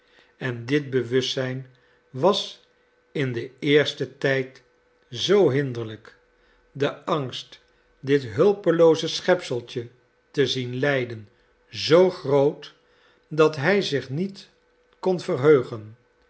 en dit bewustzijn was in den eersten tijd zoo hinderlijk de angst dit hulpelooze schepseltje te zien lijden zoo groot dat hij zich niet kon verheugen